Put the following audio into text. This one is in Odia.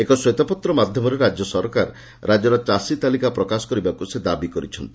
ଏକ ଶ୍ୱେତପତ୍ର ମାଧ୍ଧମରେ ରାଜ୍ୟ ସରକାର ରାଜ୍ୟର ଚାଷୀ ତାଲିକା ପ୍ରକାଶ କରିବାକୁ ସେ ଦାବି କରିଛନ୍ତି